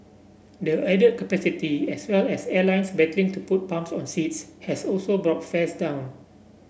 the added capacity as well as airlines battling to put bums on seats has also brought fares down